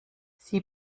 sie